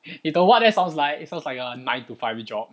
you 懂 what that sounds like it sounds like a nine to five job